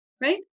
right